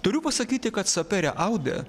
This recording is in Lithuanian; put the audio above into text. turiu pasakyti kad sapere aude